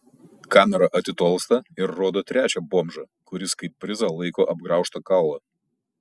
kamera atitolsta ir rodo trečią bomžą kuris kaip prizą laiko apgraužtą kaulą